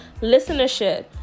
listenership